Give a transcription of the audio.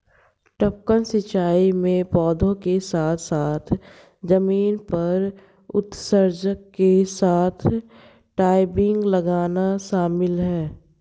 टपकन सिंचाई में पौधों के साथ साथ जमीन पर उत्सर्जक के साथ टयूबिंग लगाना शामिल है